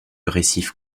récif